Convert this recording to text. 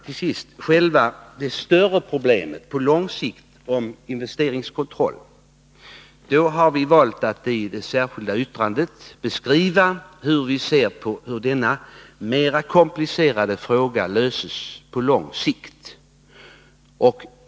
Vad gäller det större problemet om investeringskontroll har vi i vårt särskilda yttrande valt att beskriva hur vi tänker oss att denna mer komplicerade fråga skall lösas på lång sikt.